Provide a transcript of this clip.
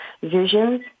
visions